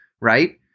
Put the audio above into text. Right